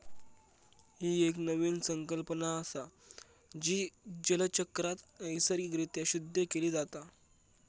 ही एक नवीन संकल्पना असा, जी जलचक्रात नैसर्गिक रित्या शुद्ध केली जाता